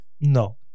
no